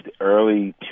early